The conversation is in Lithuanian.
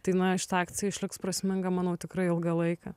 tai na šita akcija išliks prasminga manau tikrai ilgą laiką